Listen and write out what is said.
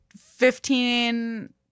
fifteen